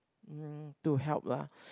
mm to help lah